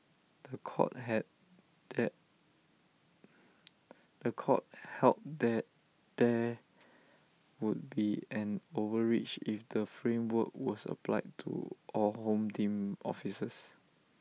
The Court had that The Court held that there would be an overreach if the framework was applied to all home team officers